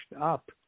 up